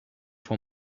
for